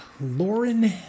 Lauren